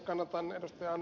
kannatan ed